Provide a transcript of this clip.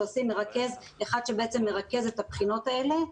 אחד שבעצם מרכז את הבחינות האלה,